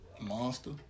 Monster